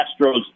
Astros